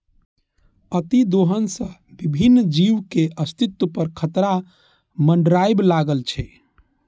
अतिदोहन सं विभिन्न जीवक अस्तित्व पर खतरा मंडराबय लागै छै